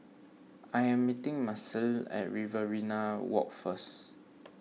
I am meeting Marcelle at Riverina Walk first